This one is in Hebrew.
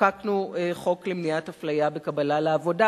חוקקנו חוק למניעת אפליה בקבלה לעבודה,